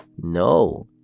No